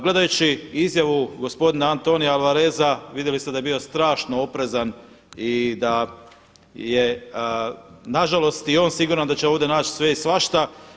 Gledajući i izjavu gospodina Antonija Alvareza vidjeli ste da je bio strašno oprezan i da je na žalost i on siguran da će ovdje naći sve i svašta.